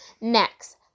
next